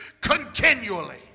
continually